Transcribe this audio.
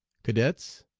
cadets?